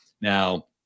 Now